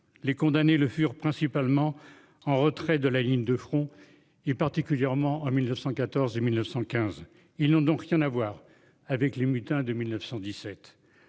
Les condamnés Le Fur principalement en retrait de la ligne de front et particulièrement en 1914 et 1915, ils n'ont donc rien à voir avec les mutins de 1917